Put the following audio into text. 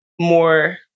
more